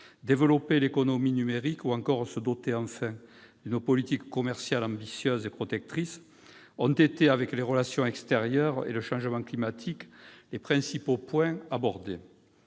développer l'économie numérique ou encore se doter enfin d'une politique commerciale ambitieuse et protectrice : tels sont, avec les relations extérieures et le changement climatique, les principaux points qui